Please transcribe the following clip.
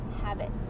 habits